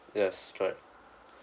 yes correct